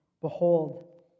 Behold